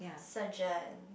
surgeon